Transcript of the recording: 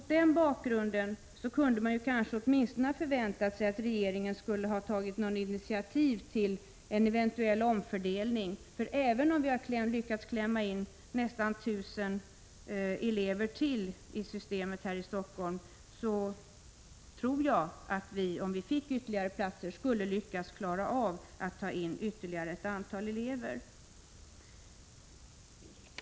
Mot den bakgrunden kunde man kanske ha väntat sig att regeringen åtminstone skulle ha tagit initiativ till en eventuell omfördelning. Även om vi har lyckats klämma in ytterligare nästan 1000 elever i systemet här i Stockholm tror jag att vi om vi fick ytterligare platser skulle klara av att ta in ytterligare ett antal elever.